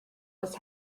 was